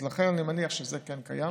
אז לכן אני מניח שזה כן קיים.